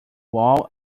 wall